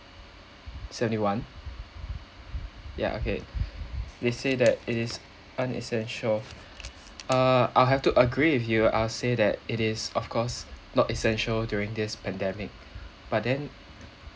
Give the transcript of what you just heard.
seventy one ya okay they say that it is unessential uh I'll have to agree with you I'll say that it is of course not essential during this pandemic but then